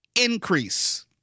increase